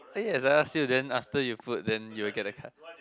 !aiya! as I ask you then after you vote then you will get the card